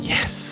Yes